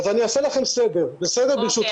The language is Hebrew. אז אני אעשה לכם סדר, ברשותכם.